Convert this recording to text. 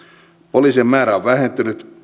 poliisien määrä on vähentynyt